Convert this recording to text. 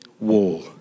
Wall